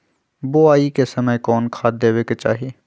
बोआई के समय कौन खाद देवे के चाही?